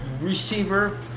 receiver